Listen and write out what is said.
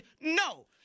No